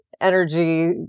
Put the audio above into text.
energy